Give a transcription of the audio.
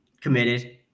committed